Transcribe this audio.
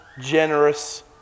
generous